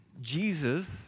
Jesus